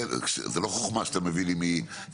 זו לא חוכמה שאתה מביא לי מיישובים,